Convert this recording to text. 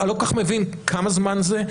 אני לא כל כך מבין כמה זמן זה,